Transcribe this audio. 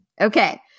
Okay